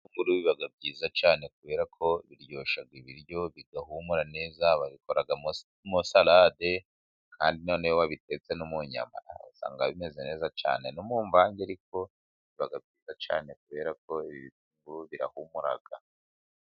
Ibitunguru biba byiza cyane, kubera ko biryoshya ibiryo bigahumura neza, babikoramo salade, kandi noneho wabitetse no mu nyama usanga bimeze neza cyane, no mu mvange ariko biba byiza cyane, kubera ko birahumura.